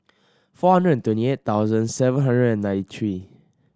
four hundred and twenty eight thousand seven hundred and ninety three